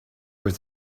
was